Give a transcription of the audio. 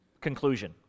conclusion